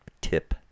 tip